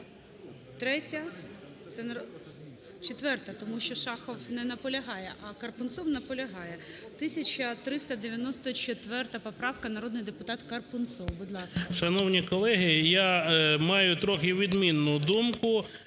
Шановні колеги, я маю трохи відмінну думку.